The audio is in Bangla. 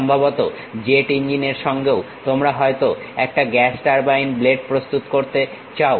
সম্ভবত জেট ইঞ্জিন এর সঙ্গেও তোমরা হয়তো একটা গ্যাস টারবাইন ব্লেড প্রস্তুত করতে চাও